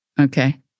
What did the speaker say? Okay